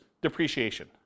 depreciation